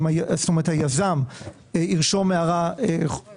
היזם ירשום הערה על הקרקע.